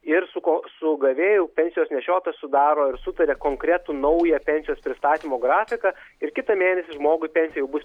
ir su ko su gavėju pensijos nešiotojas sudaro ir sutaria konkretų naują pensijos pristatymų grafiką ir kitą mėnesį žmogui pensija jau bus